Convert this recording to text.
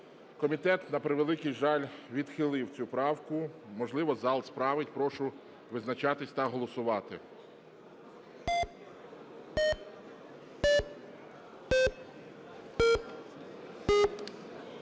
Комітет, на превеликий жаль, відхилив цю правку, можливо, зал справить. Прошу визначатися та голосувати.